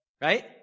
right